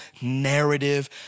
narrative